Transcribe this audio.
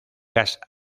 gas